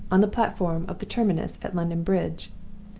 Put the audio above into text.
on the platform of the terminus at london bridge.